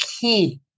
key